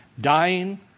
dying